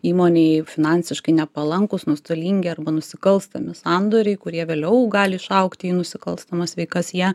įmonei finansiškai nepalankūs nuostolingi arba nusikalstami sandoriai kurie vėliau gali išaugti į nusikalstamas veikas jie